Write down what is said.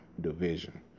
division